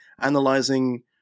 analyzing